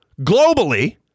globally